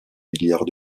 milliard